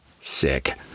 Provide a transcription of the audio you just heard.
sick